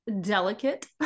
delicate